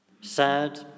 sad